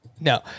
No